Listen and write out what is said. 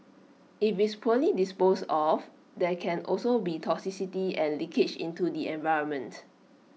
if it's poorly disposed of there can also be toxicity and leakage into the environment